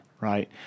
Right